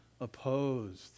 opposed